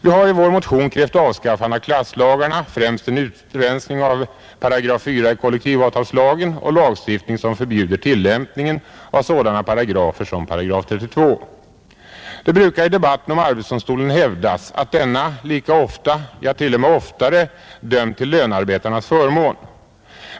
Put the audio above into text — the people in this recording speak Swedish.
Vi har i vår motion krävt avskaffande av klasslagarna — främst en utrensning av § 4 i Det brukar i debatten om arbetsdomstolen hävdas att denna lika ofta, ja t.o.m. oftare, dömt till lönarbetarnas förmån.